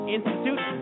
Institute